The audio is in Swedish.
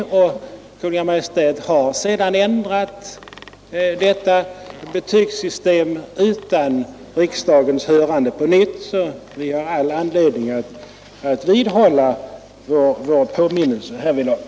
Kungl. Maj:t har sedan ändrat detta betygsystem utan riksdagens hörande, varför vi har all anledning att vidhålla vår påminnelse härvidlag.